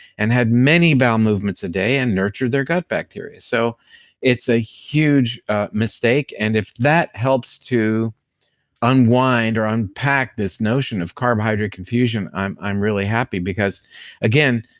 and had many bowel movements a day and nurtured their gut bacteria. so it's a huge mistake, and if that helps to unwind or unpack this notion of carbohydrate confusion, i'm i'm really happy because again,